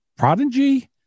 Prodigy